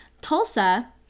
Tulsa